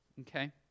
okay